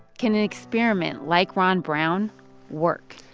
can an experiment like ron brown work?